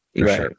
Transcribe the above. Right